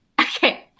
Okay